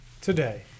today